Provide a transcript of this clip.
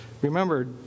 Remember